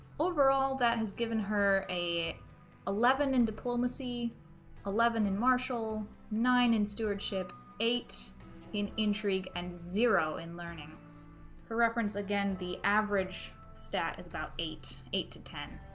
overall that has given her a eleven and diplomacy eleven and marshall nine and stewardship eight in intrigue and zero in learning her reference again the average stat is about eight eight to ten